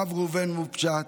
הרב ראובן וובשת,